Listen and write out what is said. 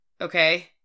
okay